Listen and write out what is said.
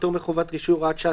פטור מחובת- -- והוראת שעה,